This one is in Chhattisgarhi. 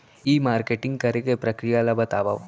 ई मार्केटिंग करे के प्रक्रिया ला बतावव?